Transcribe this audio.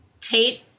Tate